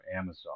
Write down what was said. Amazon